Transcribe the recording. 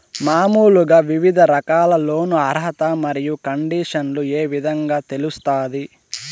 మామూలుగా వివిధ రకాల లోను అర్హత మరియు కండిషన్లు ఏ విధంగా తెలుస్తాది?